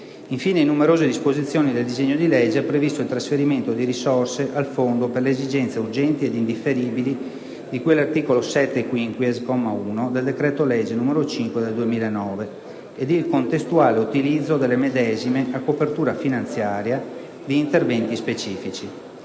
Infine, in numerose disposizioni del disegno di legge finanziaria è previsto il trasferimento di risorse al Fondo per le esigenze urgenti ed indifferibili di cui all'articolo 7-*quinquies*, comma 1, del decreto-legge n. 5 del 2009, ed il contestuale utilizzo delle medesime a copertura finanziaria di interventi specifici.